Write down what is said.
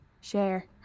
share